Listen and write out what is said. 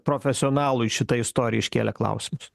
profesionalui šita istorija iškėlė klausimus